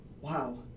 wow